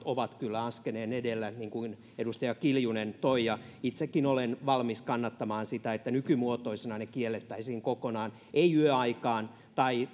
ovat kyllä askeleen edellä niin kuin edustaja kiljunen toi esiin itsekin olen valmis kannattamaan sitä että nykymuotoisina ne kiellettäisiin kokonaan yöaikaan tai